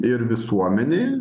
ir visuomenėj